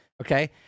okay